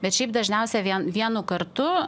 bet šiaip dažniausiai vien vienu kartu